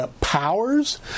powers